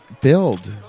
build